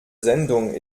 sendung